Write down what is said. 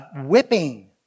Whipping